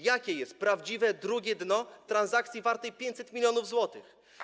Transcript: Jakie jest prawdziwe drugie dno transakcji wartej 500 mln zł?